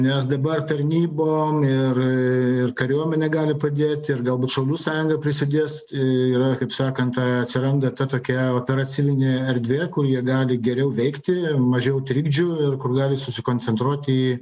nes dabar tarnybom ir ir kariuomenė gali padėt ir galbūt šaulių sąjunga prisidės yra kaip sakant atsiranda ta tokia operacininė erdvė kur jie gali geriau veikti mažiau trikdžių ir kur gali susikoncentruoti į